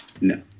No